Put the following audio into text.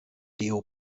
deo